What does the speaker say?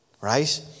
Right